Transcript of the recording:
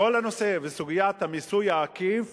כל סוגיית המיסוי העקיף